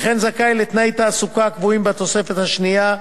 וכן זכאי לתנאי התעסוקה הקבועים בתוספת השנייה,